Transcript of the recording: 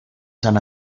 san